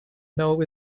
know